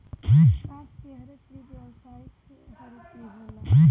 कांच के हरित गृह व्यावसायिक हरित गृह होला